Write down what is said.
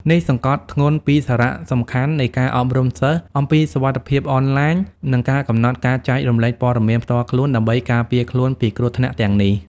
នេះសង្កត់ធ្ងន់ពីសារៈសំខាន់នៃការអប់រំសិស្សអំពីសុវត្ថិភាពអនឡាញ និងការកំណត់ការចែករំលែកព័ត៌មានផ្ទាល់ខ្លួន ដើម្បីការពារខ្លួនពីគ្រោះថ្នាក់ទាំងនេះ។